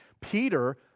Peter